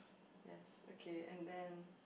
yes okay and then